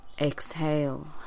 exhale